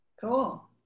Cool